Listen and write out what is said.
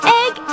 egg